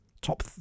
top